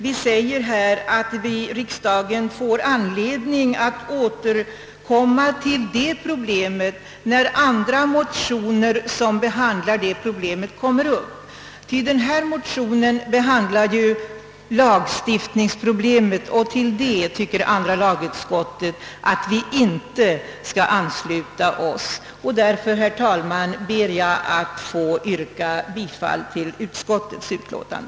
Utskottet säger att riksdagen får anledning att ta upp denna fråga, när andra motioner, som behandlar detta problem, kommer upp. Den motion det här gäller rör lagstiftningsproblemet, och andra lagutskottet anser att det inte kan tillstyrka förslaget i motionen. Jag ber således, herr talman, att få yrka bifall till utskottets förslag.